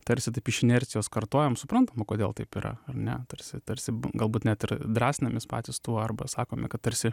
tarsi taip iš inercijos kartojam suprantama kodėl taip yra ar ne tarsi tarsi galbūt net ir drąsinamės patys tuo arba sakome kad tarsi